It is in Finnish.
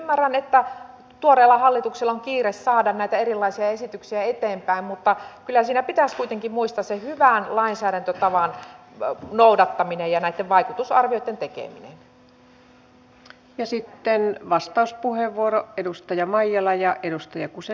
ymmärrän että tuoreella hallituksella on kiire saada näitä erilaisia esityksiä eteenpäin mutta kyllä siinä pitäisi kuitenkin muistaa se hyvän lainsäädäntötavan noudattaminen ja näitten vaikutusarvioitten tekeminen